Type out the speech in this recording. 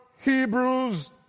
Hebrews